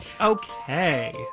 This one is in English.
Okay